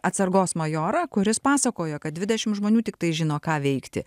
atsargos majorą kuris pasakojo kad dvidešim žmonių tiktai žino ką veikti